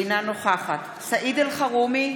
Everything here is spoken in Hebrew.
אינה נוכחת סעיד אלחרומי,